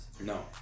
No